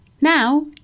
Now